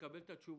ונקבל את התשובות.